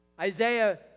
Isaiah